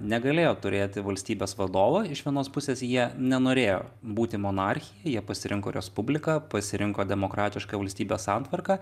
negalėjo turėti valstybės vadovo iš vienos pusės jie nenorėjo būti monarchija jie pasirinko respubliką pasirinko demokratišką valstybės santvarką